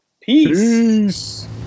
Peace